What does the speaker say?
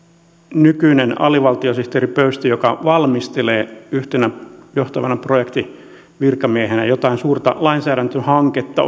nykyinen alivaltiosihteeri pöysti joka valmistelee yhtenä johtavana projektivirkamiehenä jotain suurta lainsäädäntöhanketta